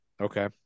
okay